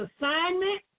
assignment